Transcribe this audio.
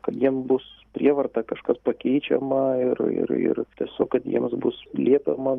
kad jiem bus prievarta kažkas pakeičiama ir ir ir tiesiog kad jiems bus liepiama